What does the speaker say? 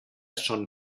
son